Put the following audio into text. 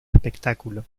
espectáculo